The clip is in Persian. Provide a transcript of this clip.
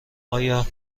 آیا